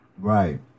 Right